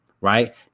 Right